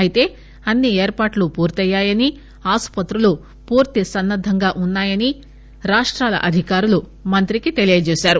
అయితే అన్ని ఏర్పాట్లు పూర్తయ్యాయని ఆసుపత్రులు పూర్తి సన్నద్ధంగా ఉన్నాయని రాష్ట్రాల అధికారులు మంత్రికి తెలియజేశారు